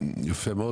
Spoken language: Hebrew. יפה מאוד.